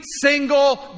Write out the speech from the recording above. single